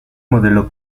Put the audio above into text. modelo